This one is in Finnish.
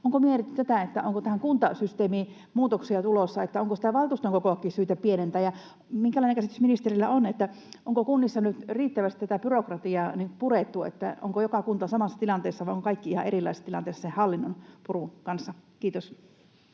onko mietitty tätä, että tähän kuntasysteemiin olisi muutoksia tulossa, että onko sitä valtuuston kokoakin syytä pienentää? Ja minkälainen käsitys ministerillä on, onko kunnissa nyt riittävästi tätä byrokratiaa purettu, eli onko joka kunta samassa tilanteessa vai ovatko kaikki ihan erilaisessa tilanteessa sen hallinnon purun kanssa? — Kiitos.